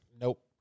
nope